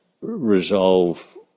resolve